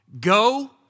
go